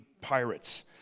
pirates